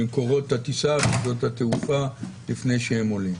במקורות הטיסה, בשדות התעופה, לפני שהם עולים?